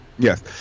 Yes